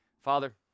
Father